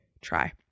try